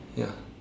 ya